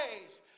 ways